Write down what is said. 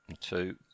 Two